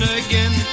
again